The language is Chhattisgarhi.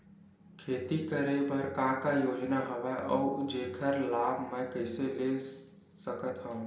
खेती करे बर का का योजना हवय अउ जेखर लाभ मैं कइसे ले सकत हव?